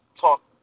talk